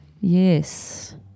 yes